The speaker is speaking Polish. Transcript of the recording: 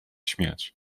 śmiać